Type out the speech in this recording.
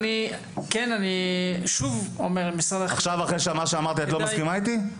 עכשיו, אחרי מה שאמרתי את לא מסכימה איתי?